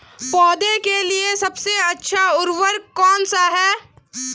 पौधों के लिए सबसे अच्छा उर्वरक कौन सा है?